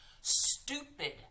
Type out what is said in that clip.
stupid